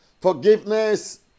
Forgiveness